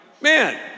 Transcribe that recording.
man